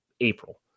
April